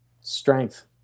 Strength